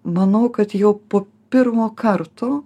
manau kad jau po pirmo karto